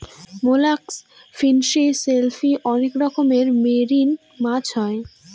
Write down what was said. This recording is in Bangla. মোল্লাসক, ফিনফিশ, সেলফিশ অনেক রকমের মেরিন মাছ হয়